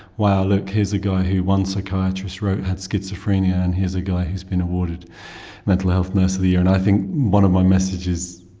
wow look, here's a guy who one psychiatrist wrote had schizophrenia and here's a guy who has been awarded mental health nurse of the year. and i think one of my messages,